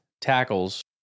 tackles